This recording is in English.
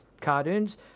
cartoons